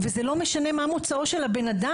וזה לא משנה מה מוצאו של הבן-אדם.